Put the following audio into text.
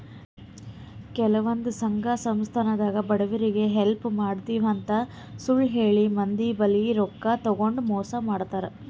ಕೆಲವಂದ್ ಸಂಘ ಸಂಸ್ಥಾದಾಗ್ ಬಡವ್ರಿಗ್ ಹೆಲ್ಪ್ ಮಾಡ್ತಿವ್ ಅಂತ್ ಸುಳ್ಳ್ ಹೇಳಿ ಮಂದಿ ಬಲ್ಲಿ ರೊಕ್ಕಾ ತಗೊಂಡ್ ಮೋಸ್ ಮಾಡ್ತರ್